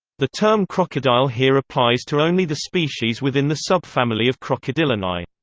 the term crocodile here applies to only the species within the subfamily of crocodylinae.